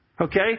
Okay